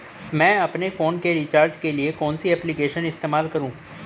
मैं अपने फोन के रिचार्ज के लिए कौन सी एप्लिकेशन इस्तेमाल करूँ?